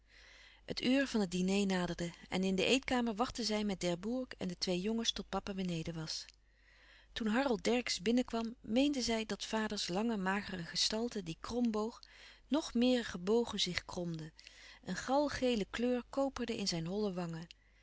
het uur van het diner naderde en in de eetkamer wachtte zij met d'herbourg en de twee jongens tot papa beneden was toen harold dercksz binnen kwam meende zij dat vaders lange magere gestalte die krom boog nog meer gebogen zich kromde een galgele kleur koperde in zijn holle wangen